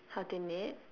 how to knit